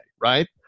right